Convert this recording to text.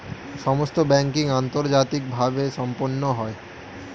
সমস্ত ব্যাংকিং আন্তর্জাতিকভাবে সম্পন্ন হয়